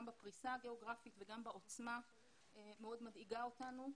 גם בפריסה הגיאוגרפית וגם בעוצמה וזה מאוד מדאיג אותנו.